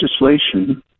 legislation